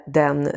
den